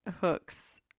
hooks